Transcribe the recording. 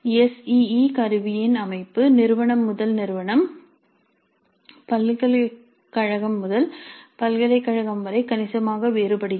SEE கருவியின் அமைப்பு நிறுவனம் முதல் நிறுவனம் பல்கலைக்கழகம் முதல் பல்கலைக்கழகம் வரை கணிசமாக வேறுபடுகிறது